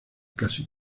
casi